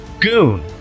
Goon